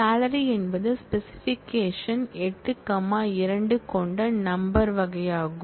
salary என்பது specification 8 2 கொண்ட number வகையாகும்